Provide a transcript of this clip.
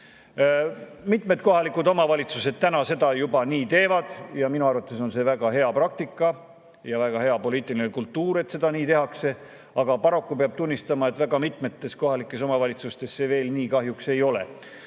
Mitmed kohalikud omavalitsused täna seda juba nii teevad ja minu arvates on see väga hea praktika ja väga hea poliitiline kultuur, et seda nii tehakse. Aga paraku peab tunnistama, et väga mitmes kohalikus omavalitsuses see veel kahjuks nii ei ole.